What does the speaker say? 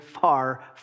far